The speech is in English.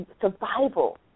survival